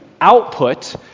output